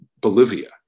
Bolivia